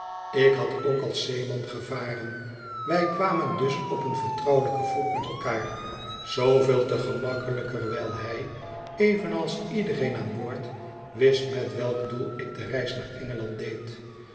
ik had ook als zeeman gevaren wij kwamen dus op een vertrouwelijken voet met elkaar zooveel te gemakkelijker wijl hij evenals iedereen aani boord wist met welk doel ik de reis naar engeland deed